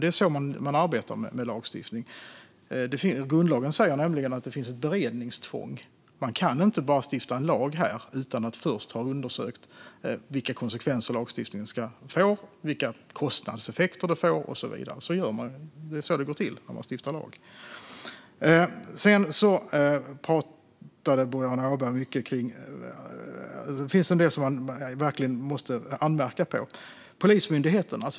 Det är så man arbetar med lagstiftning. Grundlagen säger att det finns ett beredningstvång. Man kan inte stifta lag utan att först ha undersökt vilka konsekvenser lagstiftningen ska få, vilka kostnadseffekter den får och så vidare. Det är så det går till när man stiftar lag. Det finns en del att anmärka på. Först var det frågan om Polismyndigheten.